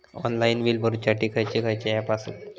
Online bill भरुच्यासाठी खयचे खयचे ऍप आसत?